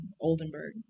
Oldenburg